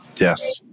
Yes